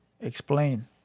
Explain